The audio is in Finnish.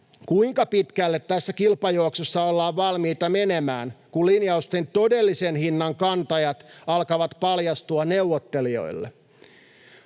kuinka pitkälle tässä kilpajuoksussa ollaan valmiita menemään, kun linjausten todellisen hinnan kantajat alkavat paljastua neuvottelijoille.